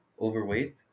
overweight